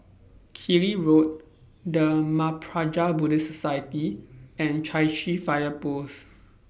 Killiney Road The Mahaprajna Buddhist Society and Chai Chee Fire Post